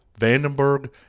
Vandenberg